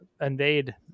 invade